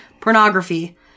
Pornography